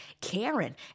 Karen